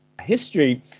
history